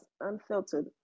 unfiltered